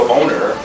owner